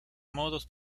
modos